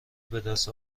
بدست